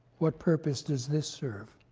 what purpose does this serve?